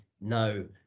no